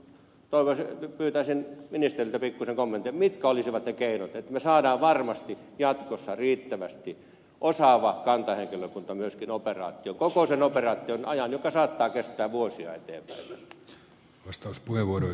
pyytäisin ministeriltä pikkuisen kommenttia siihen mitkä olisivat ne keinot joilla me saamme varmasti jatkossa riittävästi osaavaa kantahenkilökuntaa myöskin operaatioon koko sen operaation ajaksi joka saattaa kestää vuosia eteenpäin